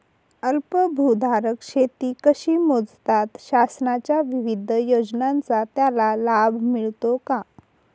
अल्पभूधारक शेती कशी मोजतात? शासनाच्या विविध योजनांचा त्याला लाभ मिळतो का?